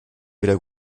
wieder